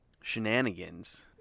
shenanigans